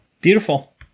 beautiful